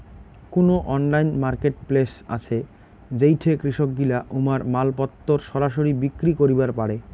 কুনো online marketplace আছে যেইঠে কৃষকগিলা উমার মালপত্তর সরাসরি বিক্রি করিবার পারে?